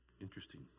Interesting